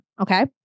Okay